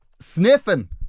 Sniffing